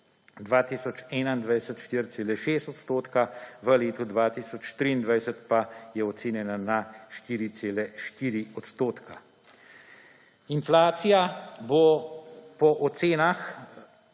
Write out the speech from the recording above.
2021 4,6 odstotka, v letu 2023 pa je ocenjena na 4,4 odstotka. Inflacija bo po ocenah